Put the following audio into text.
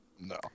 No